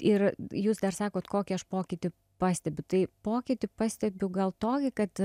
ir jūs dar sakot kokį aš pokytį pastebiu tai pokytį pastebiu gal tokį kad